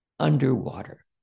underwater